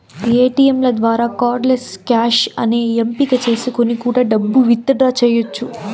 ఏటీయంల ద్వారా cardless cash అనే ఎంపిక చేసుకొని కూడా డబ్బు విత్ డ్రా చెయ్యచ్చు